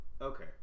okay